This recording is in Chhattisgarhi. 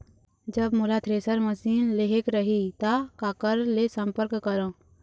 जब मोला थ्रेसर मशीन लेहेक रही ता काकर ले संपर्क करों?